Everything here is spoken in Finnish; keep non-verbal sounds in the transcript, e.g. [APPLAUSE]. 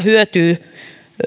[UNINTELLIGIBLE] hyötyy